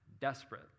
Desperate